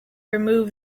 remove